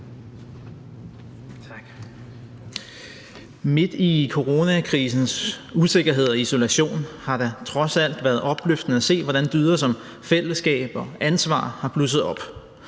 Midt i coronakrisens usikkerhed og isolation har det trods alt været opløftende at se, hvordan dyder som fællesskab og ansvar er blusset op.